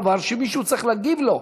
יש פה איזה דבר שמישהו צריך להגיד לו,